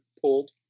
pulled